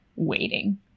waiting